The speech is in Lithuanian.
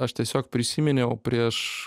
aš tiesiog prisiminiau prieš